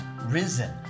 risen